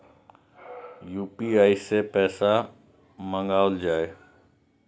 UPI सै पैसा मंगाउल जाय?